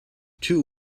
two